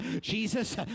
Jesus